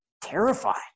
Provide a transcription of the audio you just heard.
terrified